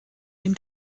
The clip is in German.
den